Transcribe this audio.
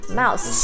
mouse